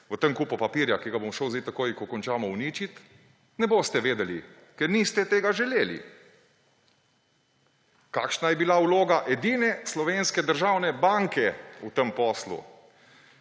v tem kupu papirja, ki ga bom šel sedaj takoj, ko končamo, uničiti, ne boste vedeli, ker niste tega želeli. Kakšna je bila vloga edine slovenske državne banke v tem poslu,